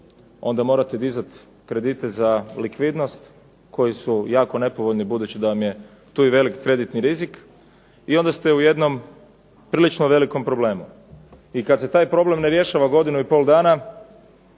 onda morate dizati kredite za likvidnost koji su jako nepovoljni budući da vam je tu i velik kreditni rizik i onda ste u jednom prilično velikom problemu. I kad se taj problem ne rješava godinu i pol dana